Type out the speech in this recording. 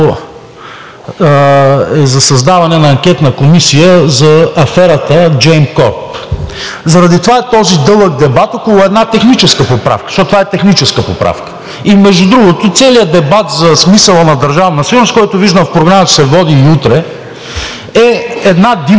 за създаване на Анкетна комисия за аферата GЕMCORP , заради това е този дълъг дебат около една техническа поправка, защото това е техническа поправка. Между другото, целият дебат за смисъла на Държавна сигурност, който виждам в Програмата, че ще се води и утре – е една димка.